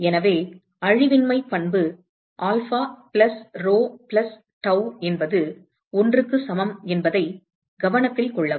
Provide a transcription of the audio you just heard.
எனவே அழிவின்மைப் பண்பு alpha plus rho plus tau என்பது 1 க்கு சமம் என்பதைக் கவனத்தில் கொள்ளவும்